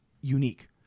unique